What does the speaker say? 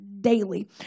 Daily